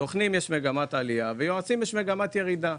בקרב הסוכנים יש מגמת עלייה ובקרב היועצים יש מגמת ירידה.